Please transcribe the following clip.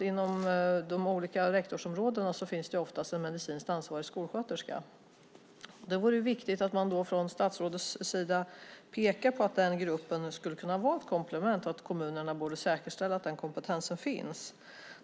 Inom de olika rektorsområdena finns det oftast en medicinskt ansvarig skolsköterska. Det vore därför av vikt att statsrådet pekade på att den gruppen skulle kunna vara ett komplement och att kommunerna borde säkerställa att den kompetensen finns.